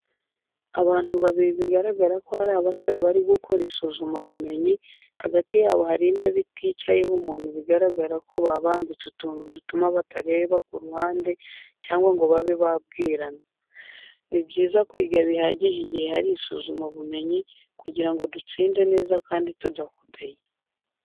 Abantu babiri bigaragara ko ari abasore bari gukora isuzumabumenyi, hagati yabo hari intebe iticayeho umuntu bigaragara ko babambitse utuntu dutuma batareba ku ruhande cyangwa ngo babe babwirana. Ni byiza kwiga bihagije igihe hari isuzumabumenyi kugira ngo dutsinde neza kandi tudakopeye.